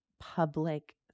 Public